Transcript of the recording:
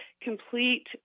complete